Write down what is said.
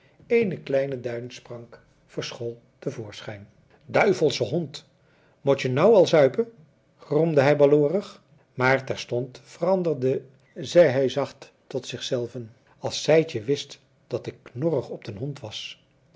eene kleine duinsprank verschool te voorschijn duivelsche hond motje nou al zuipen gromde hij baloorig maar terstond veranderende zei hij zacht tot zichzelven als sijtje wist dat ik knorrig op den hond was